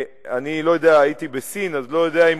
אני לא יודע, הייתי בסין, השר בגין הגדיר היום